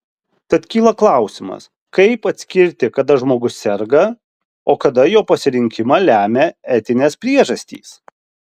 tad kyla klausimas kaip atskirti kada žmogus serga o kada jo pasirinkimą lemia etinės priežastys